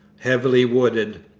heavily wooded.